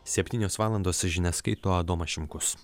septynios valandos žinias skaito adomas šimkus